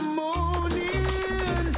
morning